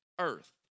earth